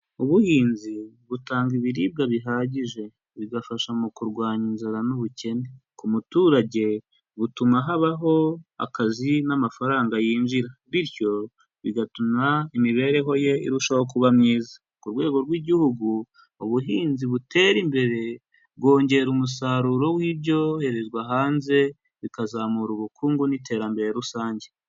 Ubuhinzi butanga ibiribwa bihagije, bigafasha mu kurwanya inzara n'ubukene, ku muturage butuma habaho akazi n'amafaranga yinjira, bityo bigatuma imibereho ye irushaho kuba myiza, ku rwego rw'igihugu ubuhinzi butera imbere bwongera umusaruro w'ibyoherezwa hanze, bikazamura ubukungu n'iterambere rusange.